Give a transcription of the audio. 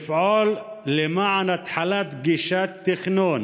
לפעול למען התחלת גישת תכנון